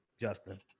Justin